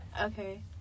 Okay